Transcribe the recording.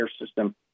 system